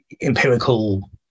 empirical